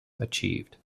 achieved